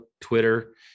Twitter